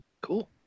Cool